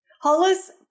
Hollis